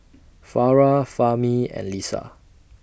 Farah Fahmi and Lisa